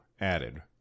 added